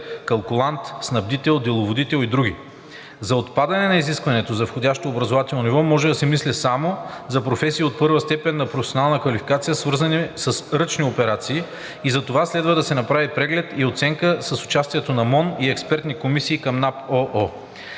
калкулант, снабдител, деловодител и други. За отпадане на изискването за входящо образователно ниво може да се мисли само за професии от първа степен на професионална квалификация, свързани с ръчни операции и за това следва да се направи преглед и оценка с участието на Министерството на